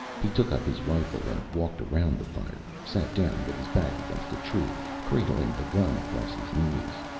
he took up his rifle and walked around the fire, sat down with his back against a tree, cradling the gun across his knees.